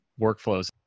workflows